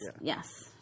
yes